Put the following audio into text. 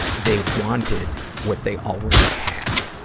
they wanted what they already had,